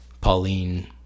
pauline